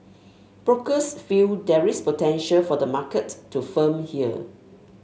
brokers feel there is potential for the market to firm here